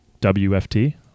wft